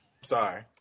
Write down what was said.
Sorry